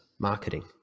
Marketing